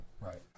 Right